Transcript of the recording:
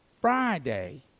Friday